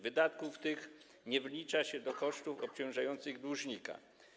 Wydatków tych nie wlicza się do kosztów obciążających dłużnika.